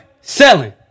selling